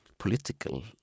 Political